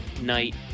night